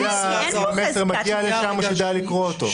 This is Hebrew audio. יודע אם המסר מגיע לשם או שהוא יודע לקרוא אותו?